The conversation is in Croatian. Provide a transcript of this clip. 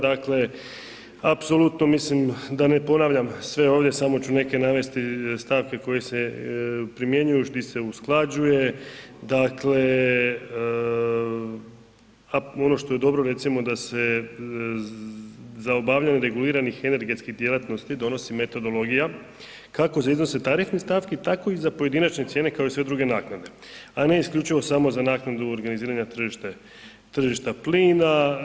Dakle, apsolutno mislim da ne ponavljam sve ovdje, samo ću neke navesti stavke koje se primjenjuju, di se usklađuje, dakle ono što je dobro recimo da se za obavljanje reguliranih energetskih djelatnosti donosi metodologija kako za iznose tarifnih stavki tako i za pojedinačne cijene kao i sve druge naknade a ne isključivo samo za naknadu organiziranja tržišta plina.